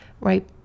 right